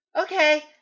okay